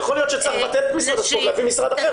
--- יכול להיות שצריך להביא משרד אחר,